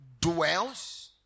dwells